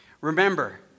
remember—